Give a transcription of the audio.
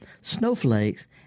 snowflakes